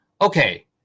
Okay